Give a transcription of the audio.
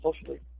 socially